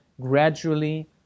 gradually